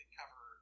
cover